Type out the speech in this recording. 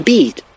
Beat